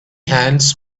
hands